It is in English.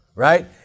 Right